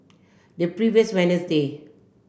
the previous